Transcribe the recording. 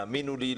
האמינו לי,